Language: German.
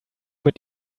mit